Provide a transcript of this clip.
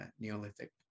Neolithic